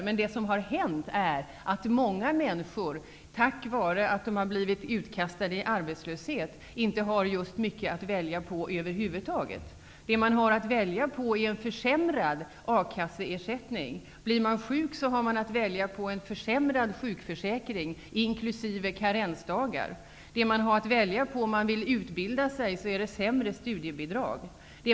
Men det som har hänt är att många människor, på grund av att de har blivit utkastade i arbetslöshet, inte har mycket att välja på över huvud taget. De har att välja på en försämrad akasseersättning. Blir de sjuka har de att välja på en försämrad sjukförsäkring, inkl. karensdagar. Om de vill utbilda sig har de att välja på sämre studiebidrag.